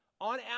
On